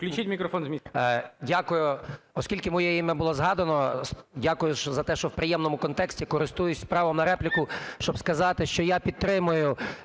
Включіть мікрофон